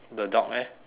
the dog leh